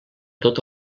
tot